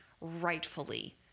rightfully